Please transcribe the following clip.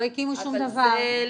לא הקימו שום דבר,